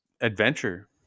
adventure